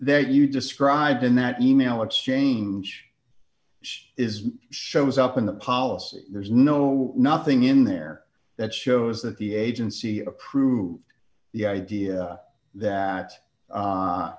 there you described in that e mail exchange is shows up in the policy there's no nothing in there that shows that the agency approved the idea that